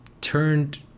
turned